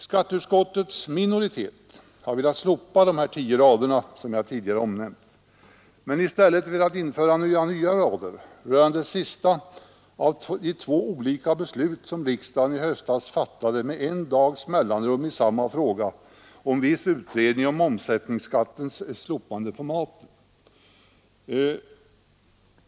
Skatteutskottets minoritet har velat slopa de tio rader jag tidigare talat om och i stället införa några nya rader rörande det sista av två olika beslut som riksdagen i höstas fattade med en dags mellanrum i samma fråga om viss utredning om slopandet av omsättningsskatten på maten.